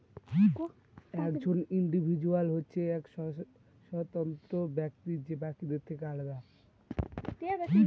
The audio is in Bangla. একজন ইন্ডিভিজুয়াল হচ্ছে এক স্বতন্ত্র ব্যক্তি যে বাকিদের থেকে আলাদা